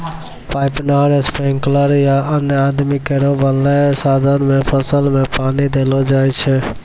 pipe, नहर, sprinkler या अन्य आदमी केरो बनैलो साधन सें फसल में पानी देलो जाय छै